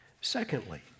Secondly